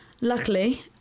Luckily